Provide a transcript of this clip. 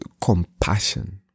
compassion